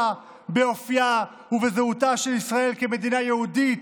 באופייה ובזהותה של ישראל כמדינה יהודית.